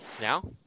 Now